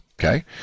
okay